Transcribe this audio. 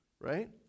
right